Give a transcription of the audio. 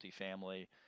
multifamily